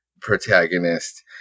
protagonist